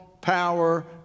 power